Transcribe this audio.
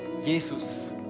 Jesus